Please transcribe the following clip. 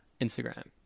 Instagram